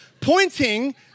pointing